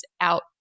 out